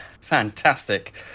Fantastic